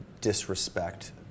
disrespect